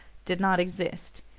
did not exist.